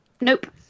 Nope